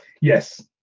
Yes